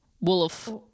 Wolf